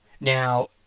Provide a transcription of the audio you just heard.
Now